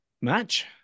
match